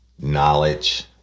knowledge